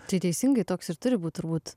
tai teisingai toks ir turi būt turbūt